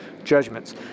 judgments